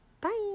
Bye